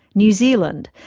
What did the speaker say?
new zealand,